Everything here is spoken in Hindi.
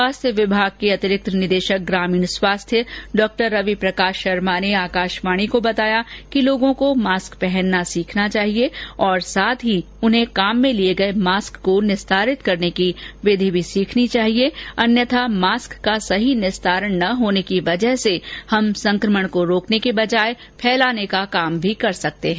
स्वास्थ्य विभाग के अतिरिक्त निदेशक ग्रामीण स्वास्थ्य डॉ रवि प्रकाश शर्मा ने आकाशवाणी को बताया कि लोगों को मास्क पहनना सीखना चाहिए और साथ ही उन्हें काम में लिए गए मास्क को निस्तारित करने की विधि भी सीखनी चाहिए अन्यथा मास्क का सही निस्तारण न होने के कारण हम संक्रमण को रोकने के बजाय फैलाने का कार्य भी कर सकते हैं